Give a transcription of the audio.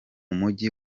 mujyi